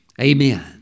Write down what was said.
Amen